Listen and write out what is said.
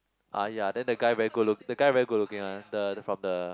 ah ya then the guy very good look the guy very looking lah the from the